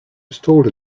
installed